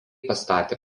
pastatė